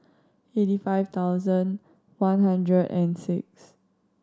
eighty five thousand one hundred and six